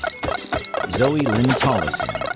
zoie lynn tollison,